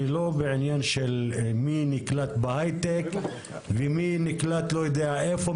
אני לא בעניין של מי נקלט בהייטק ומי נקלט לא יודע איפה,